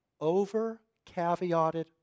Over-caveated